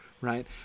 Right